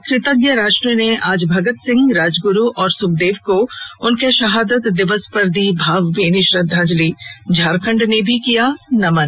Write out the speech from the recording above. और कृतज्ञ राष्ट्र ने आज भगत सिंह राजगुरू और सुखदेव को उनके शहादत दिवस पर दी भावभीनी श्रद्वांजलिझारखंड ने भी किया नमन